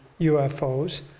UFOs